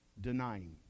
denying